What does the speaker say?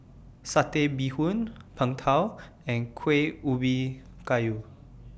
Satay Bee Hoon Png Tao and Kuih Ubi Kayu